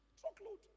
Truckload